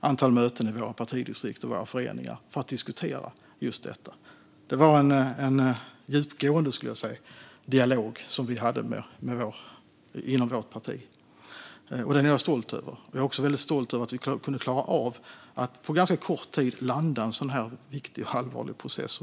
antal möten i våra partidistrikt och i våra föreningar för att diskutera just detta. Det var en djupgående dialog som vi hade inom vårt parti, och den är jag stolt över. Jag är också väldigt stolt över att vi kunde klara av att på ganska kort tid landa en sådan viktig och allvarlig process.